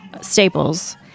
staples